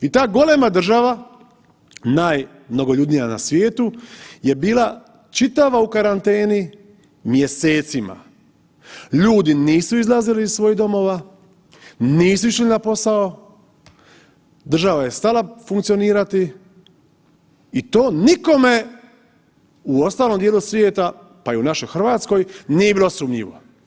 I ta golema država najmnogoljudnija na svijetu je bila čitava u karanteni mjesecima, ljudi nisu izlazili iz svojih domova, nisu išli na posao, država je stala funkcionirati i to nikome u ostalom dijelu svijeta pa i u našoj Hrvatskoj nije bilo sumnjivo.